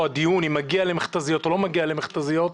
הדיון אם מגיע להם מכת"זיות או לא מגיע להם מכת"זיות,